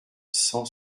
cent